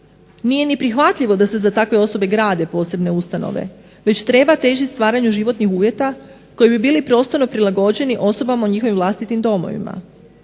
Nije ni prihvatljivo da se za takve osobe grade posebne ustanove već treba težiti stvaranju životnih uvjeta koji bi bili prostorno prilagođeni osobama u njihovim vlastitim domovima